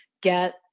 get